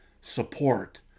support